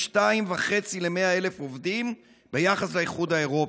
2.5 ל-100,000 עובדים ביחס לאיחוד האירופי.